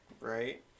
right